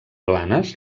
blanes